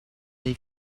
dei